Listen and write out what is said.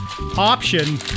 option